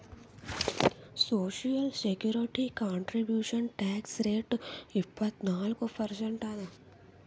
social security contribution tax rate ಇಪ್ಪತ್ನಾಲ್ಕು percent ಅದ